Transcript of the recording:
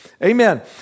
Amen